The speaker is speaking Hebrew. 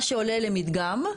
מה שעולה למדגם,